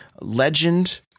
Legend